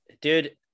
dude